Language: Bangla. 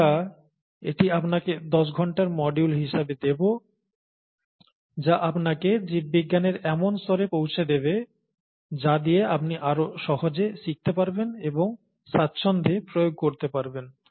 আমরা এটি আপনাকে 10 ঘন্টার মডিউল হিসাবে দেব যা আপনাকে জীববিজ্ঞানের এমন স্তরে পৌঁছে দেবে যা দিয়ে আপনি আরও সহজে শিখতে পারবেন এবং স্বাচ্ছন্দ্যে প্রয়োগ করতে পারবেন